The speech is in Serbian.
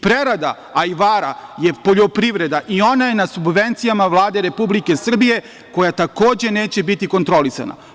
Prerada ajvara je poljoprivreda i ona je na subvencijama Vlade Republike Srbije koja takođe neće biti kontrolisana.